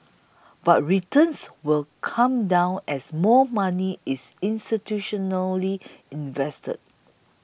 but returns will come down as more money is institutionally invested